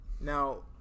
Now